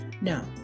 Now